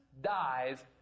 dies